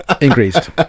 increased